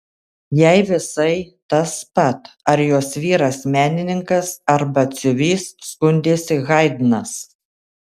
jai visai tas pat ar jos vyras menininkas ar batsiuvys skundėsi haidnas